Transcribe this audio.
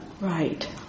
Right